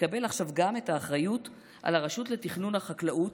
יקבל עכשיו גם את האחריות על הרשות לתכנון החקלאות,